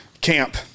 camp